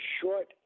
short